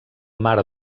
mar